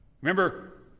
remember